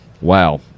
Wow